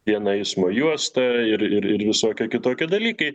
viena eismo juosta ir ir visokie kitokie dalykai